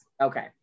okay